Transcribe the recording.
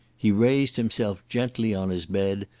he raised himself gently on his bed,